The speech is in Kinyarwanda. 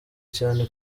cyane